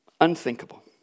Unthinkable